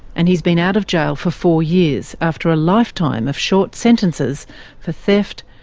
and he's been out of jail for four years, after a lifetime of short sentences for theft,